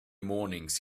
mornings